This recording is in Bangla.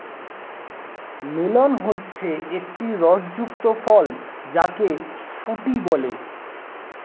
মেলন হচ্ছে একটি রস যুক্ত ফল যাকে ফুটি বলে